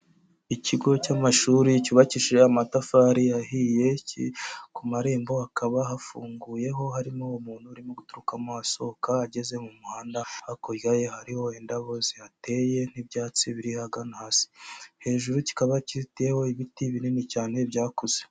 Ikigo cy'amashuri cyubakishije amatafari ahiye, ku marembo hakaba hafunguyeho, harimo umuntu urimo guturukamo, asohokamo, ageze mu muhanda, hakurya ye hariho indabo zihateye, n'ibyatsi biri ahagana hasi, hejuru kikaba kizitiyeho ibiti binini cyane byakuze.